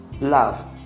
love